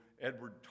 Edward